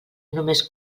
només